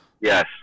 Yes